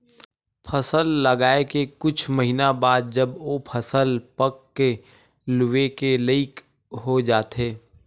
फसल लगाए के कुछ महिना बाद जब ओ फसल पक के लूए के लइक हो जाथे